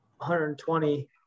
120